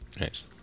Nice